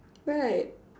right